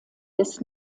des